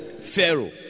Pharaoh